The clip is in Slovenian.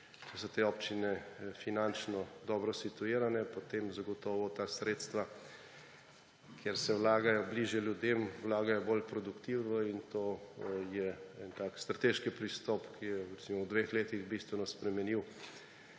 Če so te občine finančno dobro situirane, potem zagotovo ta sredstva, ker se vlagajo bližje ljudem, vlagajo bolj produktivno. In to je en tak strateški pristop, ki je recimo v dveh letih bistveno spremenil